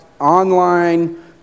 online